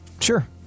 Sure